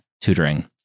tutoring